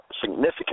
significant